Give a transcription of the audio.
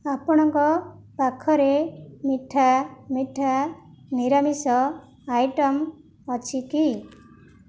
ଆପଣଙ୍କ ପାଖରେ ମିଠା ମିଠା ନିରାମିଷ ଆଇଟମ୍ ଅଛି କି